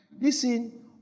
Listen